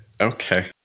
Okay